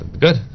Good